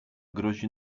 grozi